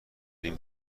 این